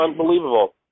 unbelievable